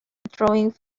throwing